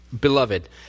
Beloved